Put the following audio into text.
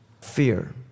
fear